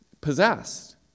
possessed